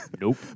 nope